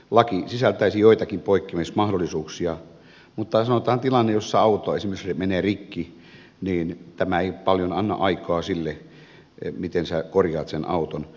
laki sisältäisi joitakin poikkeamismahdollisuuksia mutta sanotaan että esimerkiksi tilanteessa jossa auto menee rikki tämä ei paljon anna aikaa sille miten sinä korjaat sen auton